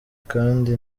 kandi